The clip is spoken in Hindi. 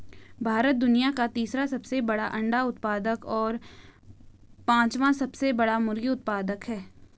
भारत दुनिया का तीसरा सबसे बड़ा अंडा उत्पादक और पांचवां सबसे बड़ा मुर्गी उत्पादक है